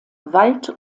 wald